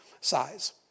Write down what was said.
size